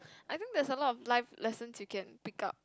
I think there's a lot of life lessons you can pick up